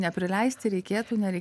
neprileisti reikėtų nereik